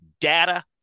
data